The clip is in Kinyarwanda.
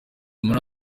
muri